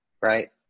right